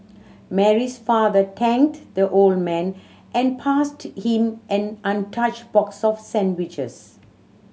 Mary's father thanked the old man and passed him an untouched box of sandwiches